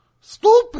Stupid